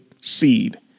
seed